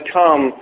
come